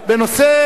אני מוכרח לומר,